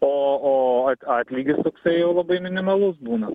o o atlygį tai jau labai minimalus būna